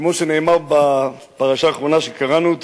כמו שנאמר בפרשה האחרונה שקראנו: